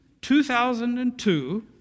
2002